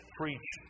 preach